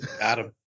Adam